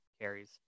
carries